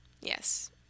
Yes